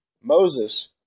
Moses